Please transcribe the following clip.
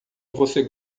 você